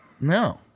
No